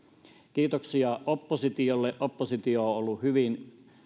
kiitoksia oppositiolle oppositio on on ollut hyvin